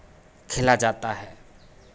खेला जाता है